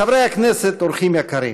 חברי הכנסת, אורחים יקרים,